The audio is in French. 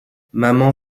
maman